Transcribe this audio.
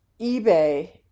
ebay